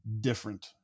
different